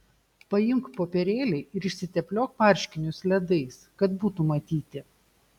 paimk popierėlį ir išsitepliok marškinius ledais kad būtų matyti